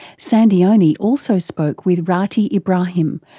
sandy onie also spoke with ratih ibrahim,